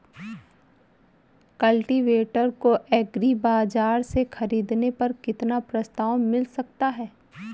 Cultivator को agri बाजार से ख़रीदने पर कितना प्रस्ताव मिल सकता है?